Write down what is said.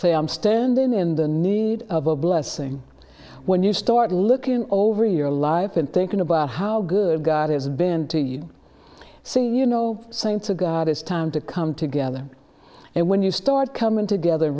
say i'm standing in the need of a blessing when you start looking over your life and thinking about how good god has been to you see you know saying to god is time to come together and when you start coming together